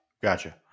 Gotcha